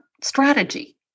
strategy